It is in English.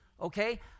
Okay